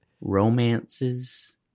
romances